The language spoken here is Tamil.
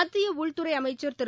மத்திய உள்துறை அமைச்சா் திரு